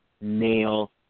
nail